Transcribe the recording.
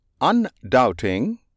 Undoubting